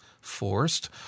forced